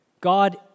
God